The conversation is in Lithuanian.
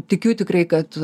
tikiu tikrai kad